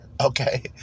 Okay